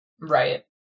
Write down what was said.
Right